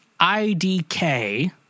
IDK